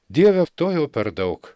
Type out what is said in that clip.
dieve to jau per daug